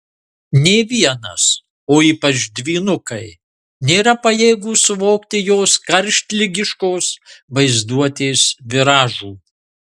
nė vienas o ypač dvynukai nėra pajėgūs suvokti jos karštligiškos vaizduotės viražų